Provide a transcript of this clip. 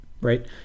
right